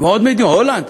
ועוד מדינות, הולנד,